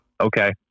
Okay